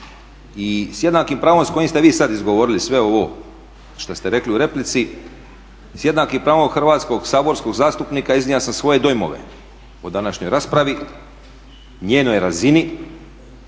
i sa jednakim pravom s kojim ste vi sada izgovori sve ovo šta ste rekli u replici, s jednakim pravom hrvatskog saborskog zastupnika iznio sam svoje dojmove o današnjoj raspravi, njenoj razini,